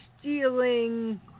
stealing